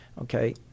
okay